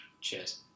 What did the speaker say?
Cheers